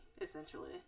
essentially